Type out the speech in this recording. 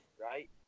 right